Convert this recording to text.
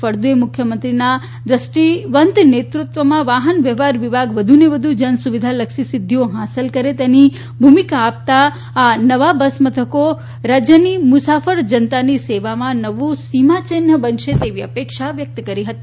ફળદુએ મુખ્યમંત્રીશ્રીના વ્રષ્ટિવંત નેતૃત્વમાં વાહનવ્યવહાર વિભાગ વધુને વધુ જન સુવિધાલક્ષી સિદ્ધિઓ હાંસલ કરે છે તેની ભૂમિકા આપતાં આ નવા બસમથકો રાજ્યની મુસાફર જનતાની સેવામાં નવું સિમાયિન્હ બનશે તેવી અપેક્ષા વ્યકત કરી હતી